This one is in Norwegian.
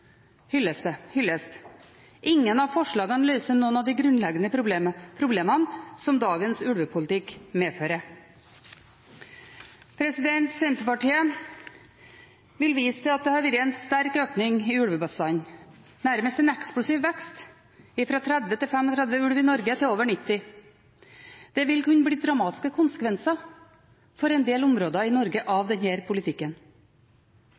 hyllest. Ingen av forslagene løser noen av de grunnleggende problemene som dagens ulvepolitikk medfører. Senterpartiet vil vise til at det har vært en sterk økning i ulvebestanden, nærmest en eksplosiv vekst, fra 30–35 ulv i Norge til over 90. Det vil kunne bli dramatiske konsekvenser for en del områder i Norge av denne politikken.